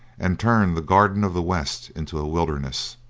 and turned the garden of the west into a wilderness.